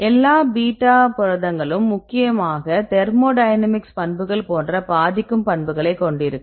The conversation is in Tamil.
எல்லா பீட்டா புரதங்களும் முக்கியமாக தெர்மோடைனமிக்ஸ் பண்புகள் போன்ற பாதிக்கும் பண்புகளைக் கொண்டிருக்கும்